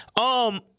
Um-